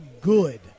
good